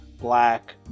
black